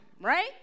right